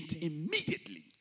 immediately